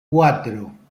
cuatro